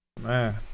Man